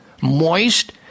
moist